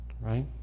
right